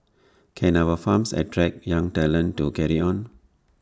can our farms attract young talent to carry on